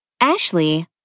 Ashley